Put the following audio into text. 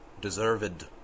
deserved